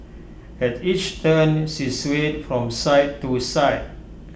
at each turn she swayed from side to side